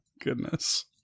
goodness